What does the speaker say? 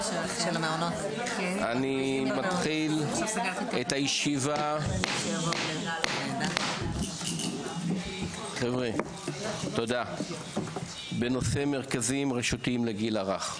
אני מתחיל את הישיבה בנושא מרכזים רשותיים לגיל הרך.